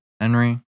Henry